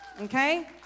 Okay